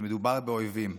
שמדובר באויבים.